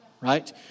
Right